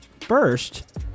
first